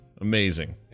Amazing